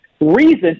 reason